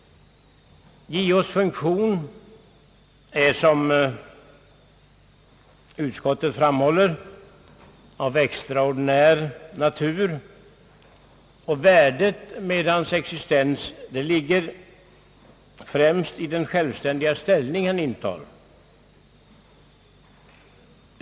JO:s funktion är, som utskottet framhåller, av extraordinär natur, och värdet av hans existens ligger främst i den självständiga ställning han intar.